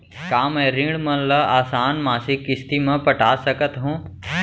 का मैं ऋण मन ल आसान मासिक किस्ती म पटा सकत हो?